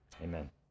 Amen